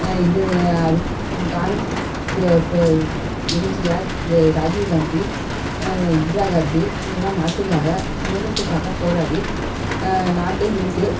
இது எம்ஜிஆர் இது ராஜிவ் காந்தி இந்திரா காந்தி இவங்கலாம் நாட்டுக்காக சுதந்திரத்துக்காக போராடி நாட்டை மீட்டு